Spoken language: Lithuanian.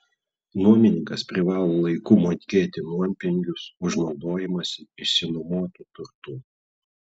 nuomininkas privalo laiku mokėti nuompinigius už naudojimąsi išsinuomotu turtu